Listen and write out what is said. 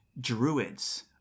Druids